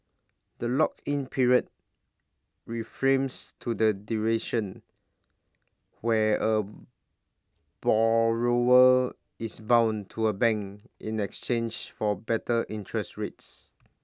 the lock in period reframes to the duration where A borrower is bound to A bank in exchange for better interest rates